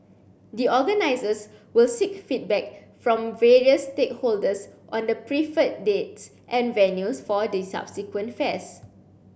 the organisers will seek feedback from various stakeholders on the preferred dates and venues for the subsequent fairs